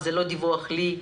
זה לא דיווח לי,